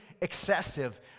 excessive